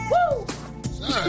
Woo